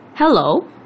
Hello